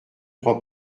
prend